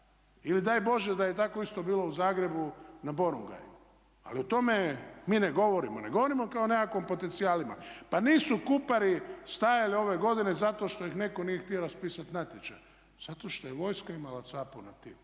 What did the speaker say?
Ili daj Bože da je tako isto bilo u Zagrebu na Borongaju. Ali o tome mi ne govorimo, ne govorimo kao nekakvim potencijalima. Pa nisu Kupari stajali ove godine zato što ih netko nije htio raspisati natječaj, zato što je vojska imala capu nad tim.